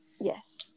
yes